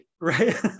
Right